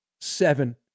seven